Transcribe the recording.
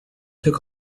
took